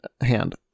hand